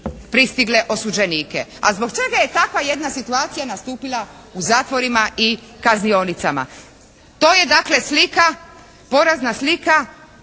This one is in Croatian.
pristigle osuđenike. A zbog čega je takva jedna situacija nastupila u zatvorima i kaznionicama? To je dakle slika, porazna slika